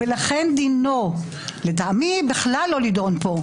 לכן לטעמי דינו בכלל לא להידון כאן.